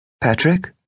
Patrick